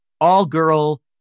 all-girl